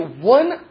one